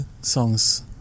songs